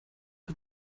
the